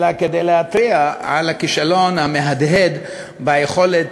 אלא כדי להתריע על הכישלון המהדהד ביכולת